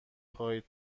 خواهید